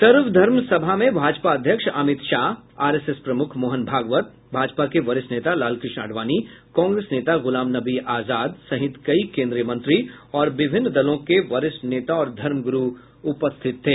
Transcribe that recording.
सर्व धर्म सभा में भाजपा अध्यक्ष अमित शाह आरएसएस प्रमुख मोहन भागवत भाजपा के वरिष्ठ नेता लालकृष्ण आडवाणी कांग्रेस नेता ग्रलाम नबी आजाद सहित कई केन्द्रीय मंत्री और विभिन्न दलों के वरिष्ठ नेता और धर्मग्रू उपस्थित थे